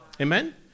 Amen